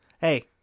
Hey